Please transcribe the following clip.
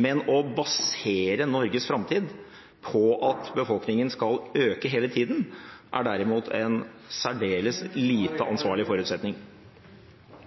men å basere Norges framtid på at befolkningen skal øke hele tiden, er derimot en særdeles lite ansvarlig forutsetning.